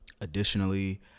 Additionally